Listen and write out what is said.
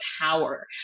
power